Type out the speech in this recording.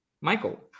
Michael